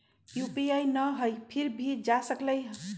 UPI न हई फिर भी जा सकलई ह?